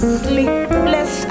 sleepless